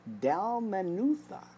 Dalmanutha